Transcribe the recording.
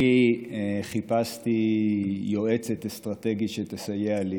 אני חיפשתי יועצת אסטרטגית שתסייע לי